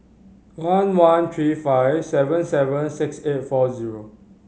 one one three five seven seven six eight four zero